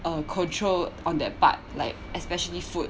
uh control on that part like especially food